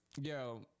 yo